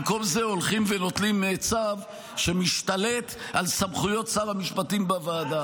במקום זה הולכים ונותנים צו שמשתלט על סמכויות שר המשפטים בוועדה,